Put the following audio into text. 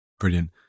Brilliant